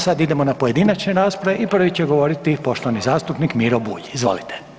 Sad idemo na pojedinačne rasprave i prvi će govoriti poštovani zastupnik Miro Bulj, izvolite.